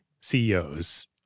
CEOs